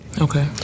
Okay